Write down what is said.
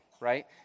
right